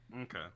Okay